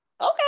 Okay